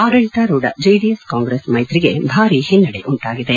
ಆಡಳಿತಾರೂಢ JDS Congress ಮೈತಿಗೆ ಭಾರೀ ಹಿನ್ನಡೆಯಾಗಿದೆ